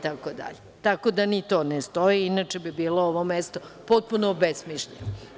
Tako da, ni to ne stoji, inače bi bilo ovo mesto potpuno obesmišljeno.